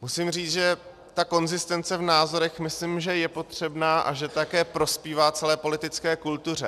Musím říci, že ta konzistence v názorech je potřebná a že také prospívá celé politické kultuře.